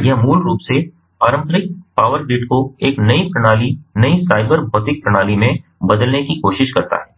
इसलिए यह मूल रूप से पारंपरिक पावर ग्रिड को एक नई प्रणाली नई साइबर भौतिक प्रणाली में बदलने की कोशिश करता है